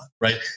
right